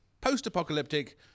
post-apocalyptic